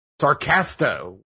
Sarcasto